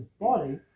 body